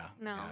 No